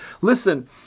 Listen